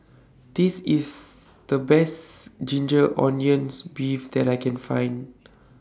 This IS The Best Ginger Onions Beef that I Can Find